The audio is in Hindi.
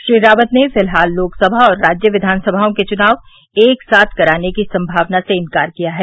श्री राक्त ने फ़िलहाल लोकसमा और राज्य विघानसमाओं के चुनाव एक साथ कराने की संभावना से इंकार किया है